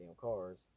cars